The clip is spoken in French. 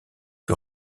que